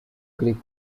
greek